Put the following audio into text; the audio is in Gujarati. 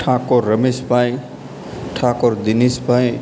ઠાકોર રમેશભાઈ ઠાકોર દિનેશભાઈ